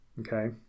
Okay